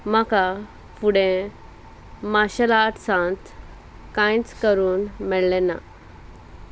म्हाका फुडें मार्शल आर्ट्सांत कांयच करून मेळ्ळें ना